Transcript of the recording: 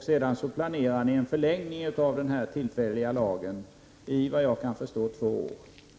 Sedan planerar ni en förlängning av den tillfälliga lagen med, såvitt jag förstår, två år.